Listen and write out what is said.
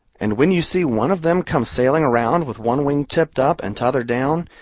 and when you see one of them come sailing around with one wing tipped up and t'other down,